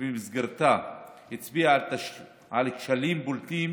שבמסגרתה הצביעה על כשלים בולטים